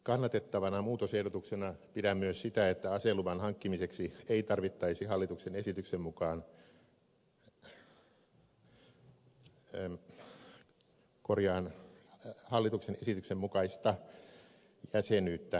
kannatettavana muutosehdotuksena pidän myös sitä että aseluvan hankkimiseksi ei tarvittaisi hallituksen esityksen mukaista jäsenyyttä ampumaseurassa